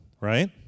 right